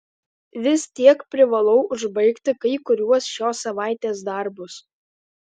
vis tiek privalau užbaigti kai kuriuos šios savaitės darbus